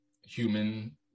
human